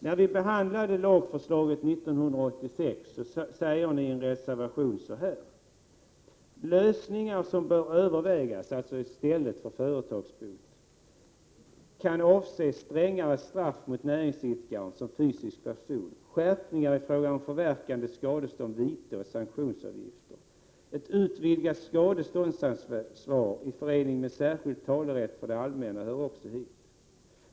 När vi behandlade lagförslaget 1986 sade ni i en reservation: Lösningar som bör övervägas — alltså i stället för företagsbot — kan avse strängare straff mot näringsidkaren som fysisk person, skärpningar i fråga om förverkande, skadestånd, vite och sanktionsavgifter. Ett utvidgat skadeståndsansvar i förening med särskild talerätt för det allmänna hör också hit.